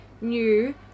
new